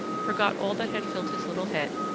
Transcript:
forgot all that had filled his little head,